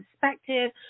perspective